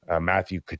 Matthew